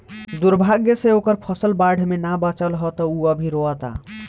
दुर्भाग्य से ओकर फसल बाढ़ में ना बाचल ह त उ अभी रोओता